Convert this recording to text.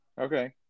okay